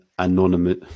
anonymous